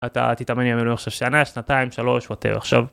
אתה תתאמן ימינו עכשיו שנה שנתיים שלוש ואתה עכשיו.